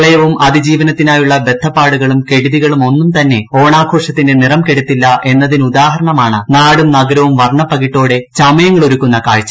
പ്രളയവും അതിജീവനത്തിനായുള്ള ഒരു ബദ്ധപ്പാടുകളും കെടുതികളും ഒന്നും തന്നെ ഒണാഘോഷത്തിന്റെ നിറം കെടുത്തില്ല എന്നതിനുദാഹരണമാണ് നാടും നഗരവും വർണപകിട്ടോടെ ചമയങ്ങളൊരുക്കുന്ന കാഴ്ച